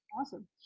Awesome